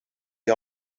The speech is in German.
die